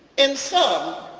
in sum,